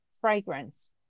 fragrance